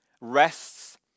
rests